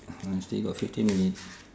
still got fifteen minute